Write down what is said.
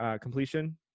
completion